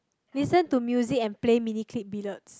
listen to music and play Miniclip billiards